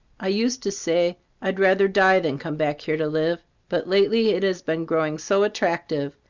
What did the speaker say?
i used to say i'd rather die than come back here to live, but lately it has been growing so attractive,